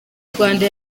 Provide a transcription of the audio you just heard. rwanda